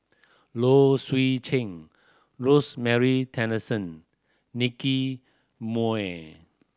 Low Swee Chen Rosemary Tessensohn Nicky Moey